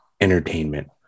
entertainment